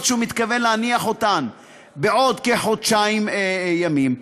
שהוא מתכוון להניח בעוד כחודשיים ימים,